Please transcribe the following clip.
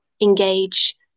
engage